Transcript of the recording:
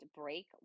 break